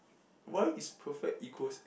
why is perfect equals